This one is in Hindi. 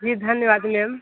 जी धन्यवाद मैम